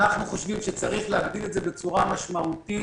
אנחנו חושבים שצריך להגדיל את זה בצורה משמעותית,